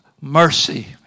mercy